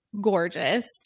gorgeous